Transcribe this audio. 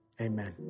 Amen